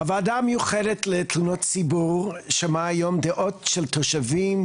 הוועדה המיוחדת לתלונות ציבור שמעה היום דעות של תושבים,